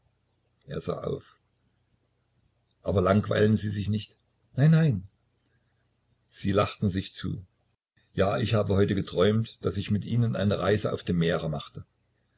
er sah auf aber langweilen sie sich nicht nein nein sie lachten sich zu ja ich habe heute geträumt daß ich mit ihnen eine reise auf dem meere machte